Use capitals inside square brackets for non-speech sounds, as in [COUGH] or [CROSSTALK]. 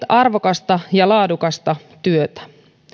[UNINTELLIGIBLE] arvokasta ja laadukasta työtä